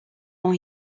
ont